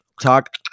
talk